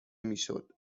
میشد